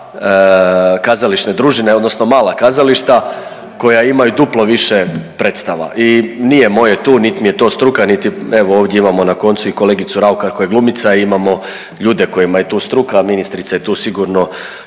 kazališne družine odnosno mala kazališta koja imaju duplo više predstava. I nije moje tu, niti mi je to struka, niti evo ovdje imamo na koncu i kolegicu Raukar koja je glumica, imamo ljude kojima je to struka, a ministrica je tu sigurno